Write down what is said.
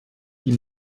die